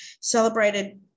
celebrated